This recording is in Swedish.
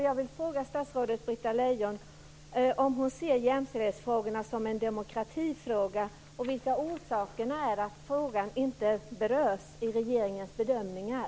Jag vill fråga statsrådet Britta Lejon om hon ser jämställdheten som en demokratifråga och vad som är orsakerna till att frågan inte berörs i regeringens bedömningar.